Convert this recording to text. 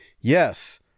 Yes